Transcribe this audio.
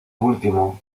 último